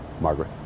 Margaret